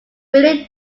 really